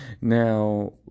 Now